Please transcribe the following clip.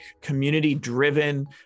community-driven